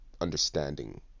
understanding